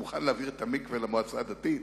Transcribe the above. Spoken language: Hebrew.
מוכן להעביר את המקווה למועצה הדתית,